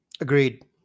Agreed